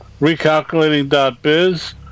Recalculating.biz